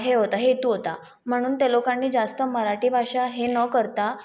हे होता हेतू होता म्हणून त्या लोकांनी जास्त मराठी भाषा हे न करता